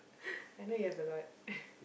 I know you have a lot